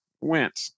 went